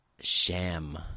Sham